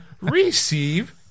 receive